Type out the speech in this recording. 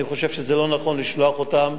אני חושב שזה לא נכון לשלוח אותם.